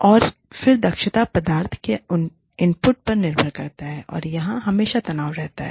और फिर दक्षता पदार्थ के इनपुट पर निर्भर है और यहां हमेशा तनाव रहता है